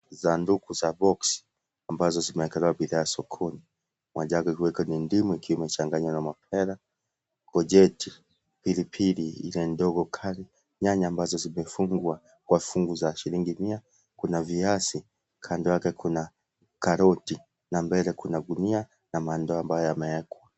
Sanduku za box, ambazo zimeekelewa bidhaa sokoni, moja wake ikiwa ni ndimu ikiwa iechanganywa na ipewa, kocheti, pilipili ile ndogo kali ambazo zimefungwa kwa fungu za shilingi mia. kuna viazi kando yake kuna karoti na bele kuna gunia na ndoo ambaye yameekwa.